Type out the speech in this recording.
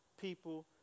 people